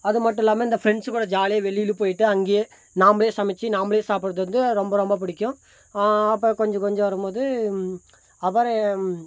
அது மட்டும் இல்லாமல் இந்த ஃபிரெண்ட்ஸ் கூட ஜாலியாக வெளியில் போய்ட்டு அங்கேயே நாமளே சமைத்து நாமளே சாப்பிடுறது வந்து ரொம்ப ரொம்ப பிடிக்கும் அப்பறம் கொஞ்சம் கொஞ்சம் வரும்போது அப்புறம்